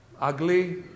Ugly